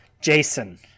Jason